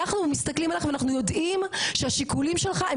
אנחנו מסתכלים ואנחנו יודעים שהשיקולים שלך הם